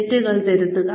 തെറ്റുകൾ തിരുത്തുക